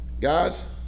guys